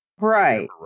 Right